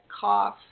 cough